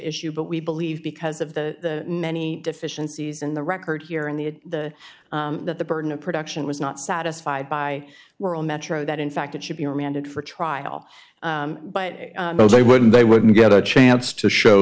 issue but we believe because of the many deficiencies in the record here in the in the that the burden of production was not satisfied by rural metro that in fact it should be remanded for trial but they wouldn't they wouldn't get a chance to show